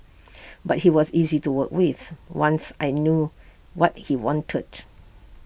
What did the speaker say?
but he was easy to work with once I knew what he wanted